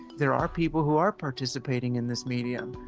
there are people who are participating in this media.